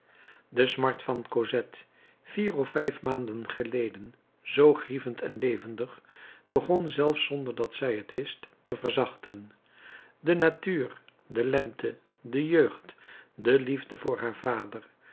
de smart van cosette vier of vijf maanden geleden zoo grievend en levendig begon zelfs zonder dat zij het wist te verzachten de natuur de lente de jeugd de liefde voor haar vader